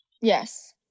Yes